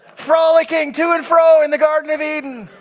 frolicking to and fro in the garden of eden.